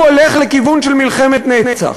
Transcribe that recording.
הוא הולך לכיוון של מלחמת נצח.